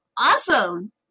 Awesome